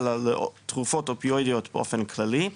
אלא לתרופות אפיואידיות באופן כללי.